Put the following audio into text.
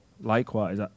likewise